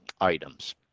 items